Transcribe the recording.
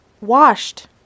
washed